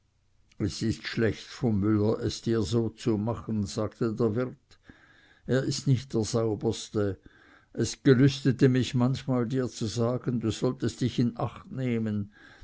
es ist schlecht vom müller es dir so zu machen sagte der wirt er ist nicht der sauberste es gelüstete mich manchmal dir zu sagen du solltest dich in acht nehmen